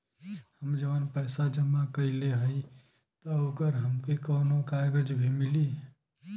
हम जवन पैसा जमा कइले हई त ओकर हमके कौनो कागज भी मिली?